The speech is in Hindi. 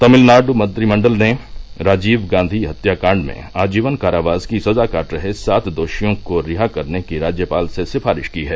तमिलनाडु मंत्रिमंडल ने राजीव गांधी हत्याकांड में आजीवन कारावास की सजा काट रहे सात दोषियों को रिहा करने की राज्यपाल से सिफारिश की है